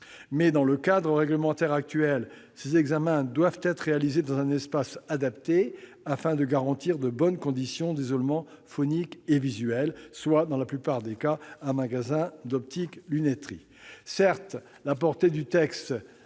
Mais, dans le cadre réglementaire actuel, ces examens doivent être réalisés dans un espace adapté, afin de garantir de bonnes conditions d'isolement phonique et visuel, c'est-à-dire, dans la plupart des cas, dans un magasin d'optique-lunetterie.